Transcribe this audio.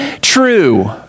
true